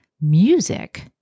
music